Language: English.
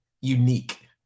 unique